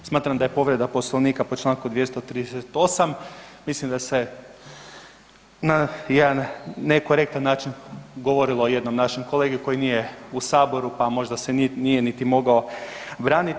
Evo smatram da je povreda Poslovnika po čl. 238. mislim da se na jedan nekorektan način govorilo o jednom našem kolegi koji nije u Saboru pa možda se nije niti mogao braniti.